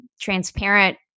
transparent